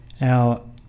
Now